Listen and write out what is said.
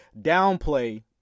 downplay